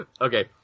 okay